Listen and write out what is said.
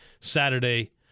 Saturday